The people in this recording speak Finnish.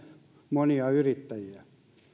monia yrittäjiä